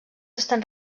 estan